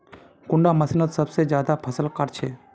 कुंडा मशीनोत सबसे ज्यादा फसल काट छै?